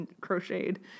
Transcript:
crocheted